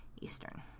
Eastern